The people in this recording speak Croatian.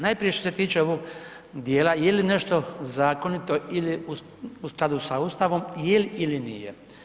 Najprije što se tiče ovog dijela je li nešto zakonito ili u skladu sa Ustavom, je li ili nije.